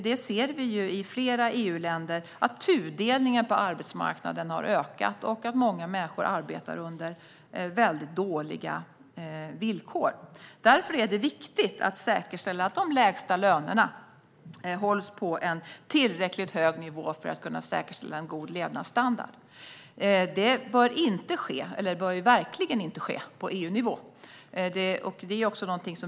Vi ser i flera EU-länder att tudelningen på arbetsmarknaden har ökat och att många människor arbetar under väldigt dåliga villkor. Därför är det viktigt att säkerställa att de lägsta lönerna hålls på en tillräckligt hög nivå för att säkra en god levnadsstandard. Detta bör verkligen inte ske på EU-nivå.